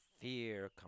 fear